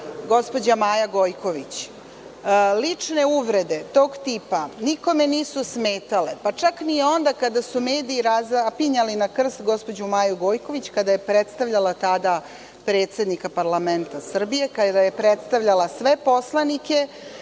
gospođa Maja Gojković. Lične uvrede tog tipa nikome nisu smetale, pa čak ni onda kada su mediji razapinjali na krst gospođu Maju Gojković kada je predstavljala tada predsednika parlamenta Srbije, kada je predstavljala sve poslanike